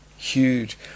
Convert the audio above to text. Huge